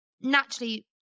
Naturally